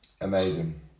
Amazing